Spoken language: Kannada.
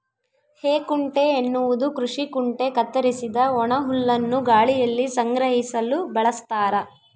ಹೇಕುಂಟೆ ಎನ್ನುವುದು ಕೃಷಿ ಕುಂಟೆ ಕತ್ತರಿಸಿದ ಒಣಹುಲ್ಲನ್ನು ಗಾಳಿಯಲ್ಲಿ ಸಂಗ್ರಹಿಸಲು ಬಳಸ್ತಾರ